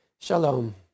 Shalom